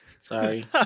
sorry